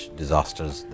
disasters